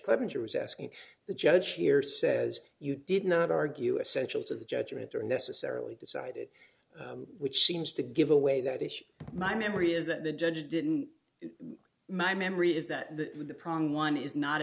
clevenger was asking the judge here says you did not argue essential to the judgment or necessarily decided which seems to give away that issue my memory is that the judge didn't my memory is that the the problem one is not